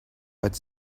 but